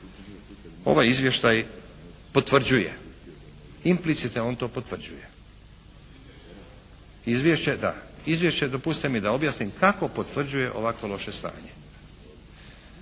ovaj izvještaj potvrđuje, implicite on to potvrđuje. …/Upadica se ne razumije./… Izvješće da. Izvješće, dopustite mi da objasnim kako potvrđuje ovako loše stanje.